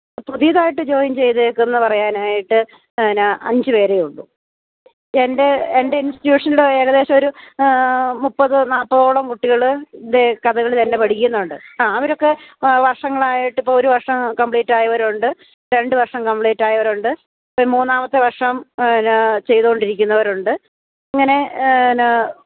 പുതിയതായ്ട്ട് join ചെയ്തേക്കുന്നതെന്നു പറയാനായിട്ട് എന്നാ അഞ്ച് പേരേ ഉള്ളു എൻ്റെ എൻ്റെ ഇൻസ്റ്റിറ്റ്യൂഷനില് ഏകദേശമൊരു മുപ്പത് നാല്പതോളം കുട്ടികള് ഇതേ കഥകളി തന്നെ പഠിക്കുന്നുണ്ട് ആ അവരൊക്ക വർഷങ്ങളായിട്ട് ഇപ്പോഴൊരു വർഷം കംപ്ലീറ്റായവരുണ്ട് രണ്ടു വർഷം കംപ്ലീറ്റായവരുണ്ട് മൂന്നാമത്തെ വർഷം എന്നാ ചെയ്തുകൊണ്ടിരിക്കുന്നവരുണ്ട് അങ്ങനെ എന്നാ